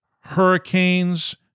hurricanes